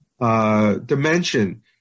Dimension